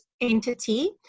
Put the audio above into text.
entity